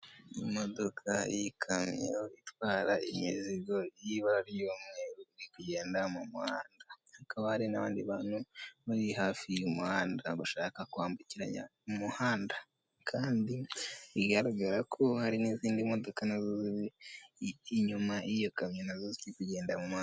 Imodoka y'ikamyo itwara imizigo y'ibara'u igenda mu muhanda, hakaba hari n'abandi bantu bari hafi y'umuhanda bashaka kwambukiranya umuhanda, kandi bigaragara ko hari n'izindi modoka na inyuma y'iyo kamyo na zokigenda mu muhanda.